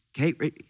Okay